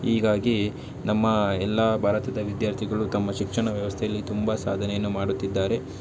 ಹೀಗಾಗಿ ನಮ್ಮ ಎಲ್ಲ ಭಾರತದ ವಿದ್ಯಾರ್ಥಿಗಳು ತಮ್ಮ ಶಿಕ್ಷಣ ವ್ಯವಸ್ಥೆಯಲ್ಲಿ ತುಂಬ ಸಾಧನೆಯನ್ನು ಮಾಡುತ್ತಿದ್ದಾರೆ